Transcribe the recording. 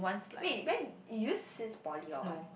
wait Ben youth is poly or what